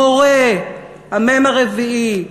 מורה, המ"ם הרביעי.